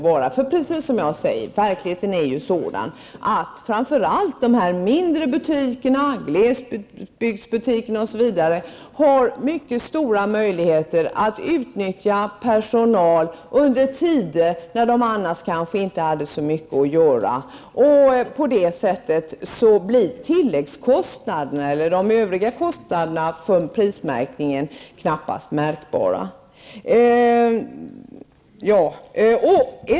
Verkligheten är sådan att framför allt de mindre butikerna, glesbygdsbutikerna osv. har mycket stora möjligheter att utnyttja sin personal under tider då den kanske annars har så mycket att göra, och på det viset blir tilläggskostnaderna för prismärkningen knappast märkbara.